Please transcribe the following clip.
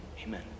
amen